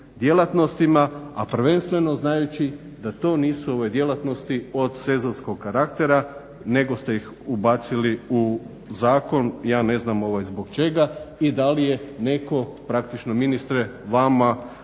djelatnostima, a prvenstveno znajući da to nisu djelatnosti od sezonskog karaktera nego ste ih ubacili u zakon. Ja ne znam zbog čega i da li je netko praktično ministre vama